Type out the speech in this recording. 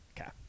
Okay